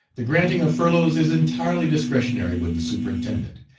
the granting of furloughs is entirely discretionary with the superintendent.